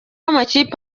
amakipe